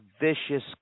vicious